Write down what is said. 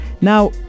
Now